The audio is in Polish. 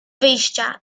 wyjścia